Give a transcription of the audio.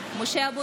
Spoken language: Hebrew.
(קוראת בשמות חברי הכנסת) משה אבוטבול,